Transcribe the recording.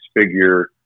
figure